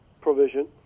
provision